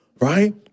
Right